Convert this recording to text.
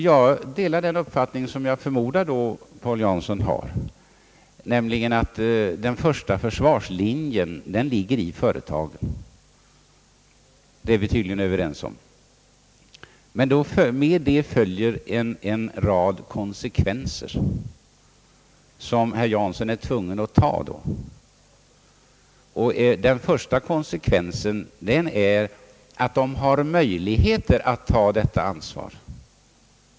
Jag delar den uppfattning som jag förmodar att herr Paul Jansson hyser, nämligen att den första försvarslinjen ligger i företaget. Det är vi tydligen överens om. Med detta följer dock en rad konsekvenser, som herr Paul Jansson är tvungen att acceptera. Den första konsekvensen är att företagen skall ha möjligheter att ta detta ansvar.